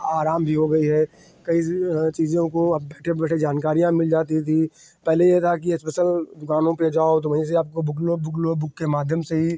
आराम भी हो गया है कई चीज़ों की अब बैठे बैठे जानकारियाँ मिल जाती थीं पहले यह था कि स्पेशल दुक़ानों पर जाओ तो वहीं से आपको बुक लो बुक लो बुक के माध्यम से ही